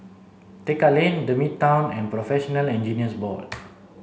Tekka Lane the Midtown and Professional Engineers Board